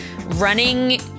running